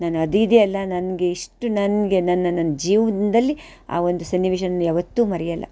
ನಾನು ಅದಿದೆಯಲ್ಲ ನನ್ಗೆ ಇಷ್ಟು ನನಗೆ ನನ್ನ ನನ್ನ ಜೀವನದಲ್ಲಿ ಆ ಒಂದು ಸನ್ನಿವೇಶವನ್ನು ಯಾವತ್ತೂ ಮರೆಯಲ್ಲ